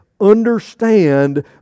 understand